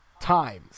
times